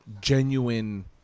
genuine